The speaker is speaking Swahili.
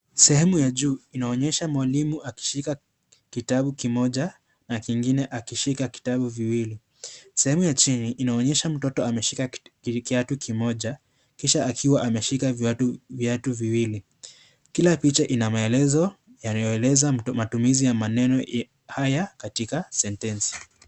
Sehemu ya juu inaonyesha mwalimu akishika kitabu kimoja na kengine akishika vitabu viwili sehemu ya chini inaonyesha mtoto akiwa ameshika kiatu kimoja kisha akiwa ameshika viatu viwili. Kila picha inaezaezo na matumizi ya maneno haya katika sentensi.